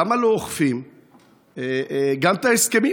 למה לא אוכפים גם את ההסכמים,